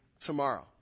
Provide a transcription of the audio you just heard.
tomorrow